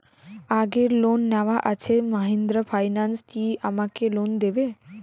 আগের লোন নেওয়া আছে মাহিন্দ্রা ফাইন্যান্স কি আমাকে লোন দেবে?